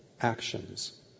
actions